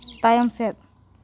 ᱛᱟᱭᱚᱢ ᱥᱮᱫ